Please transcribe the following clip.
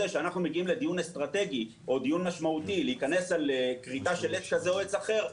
מגיעים לדיון משמעותי ולהיכנס לעניין של כריתה של עץ כזה או אחר,